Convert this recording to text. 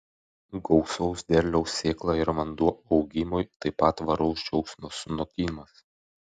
gausaus derliaus sėkla ir vanduo augimui taip pat tvaraus džiaugsmo sunokimas